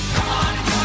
on